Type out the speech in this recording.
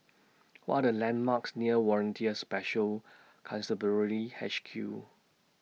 What Are The landmarks near Volunteer Special Constabulary H Q